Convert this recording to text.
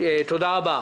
תודה רבה.